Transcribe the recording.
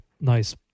nice